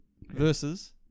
versus